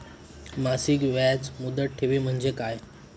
मासिक याज मुदत ठेव म्हणजे काय?